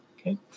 Okay